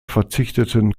verzichteten